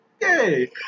yay